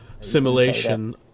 simulation